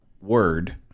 word